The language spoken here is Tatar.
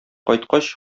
кайткач